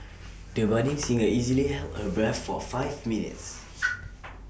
the budding singer easily held her breath for five minutes